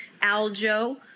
Aljo